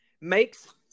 Makes